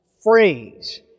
phrase